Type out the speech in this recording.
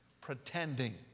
pretending